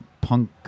punk